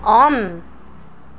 on